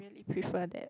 prefer that